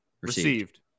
received